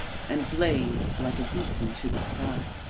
and blazed like a beacon to the sky.